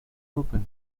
open